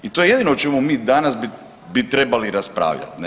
I to je jedino o čemu mi danas bi trebali raspravljati, ne.